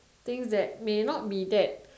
things that may not be that